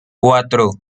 cuatro